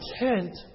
intent